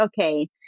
okay